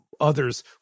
others